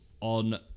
On